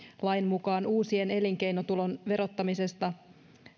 lain mukaan uusien elinkeinotulon verottamisesta